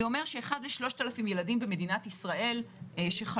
זה אומר ש-1 ל-3,000 ילדים במדינת ישראל שחלו,